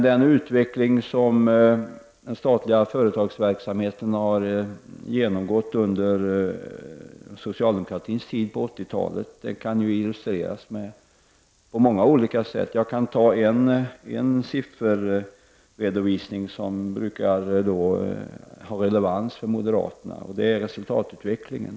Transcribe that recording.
Den utveckling som den statliga företagsverksamheten har genomgått under socialdemokratins tid på 80-talet kan illustreras på många olika sätt. Jag kan ge en sifferredovisning som brukar ha relevans för moderaterna, och det gäller resultatutvecklingen.